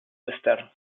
postal